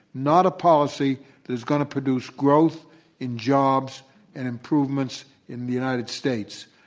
not a policy that is going to produce growth in jobs and improvements in the united states.